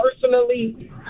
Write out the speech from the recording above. personally